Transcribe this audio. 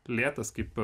lėtas kaip